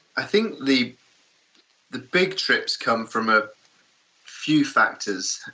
i think the the big trips come from a few factors.